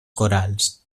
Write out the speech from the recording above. corals